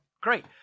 Great